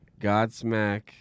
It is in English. Godsmack